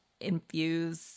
infuse